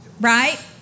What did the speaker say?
Right